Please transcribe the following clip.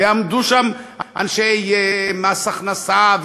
ועמדו שם אנשי מס הכנסה,